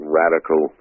radical